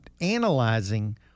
analyzing